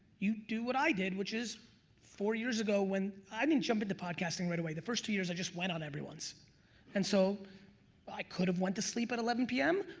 you do what i did which is four years ago when i didn't jump into podcasting right away, the first two years i just went on everyone's and so i could have went to sleep at eleven zero p m.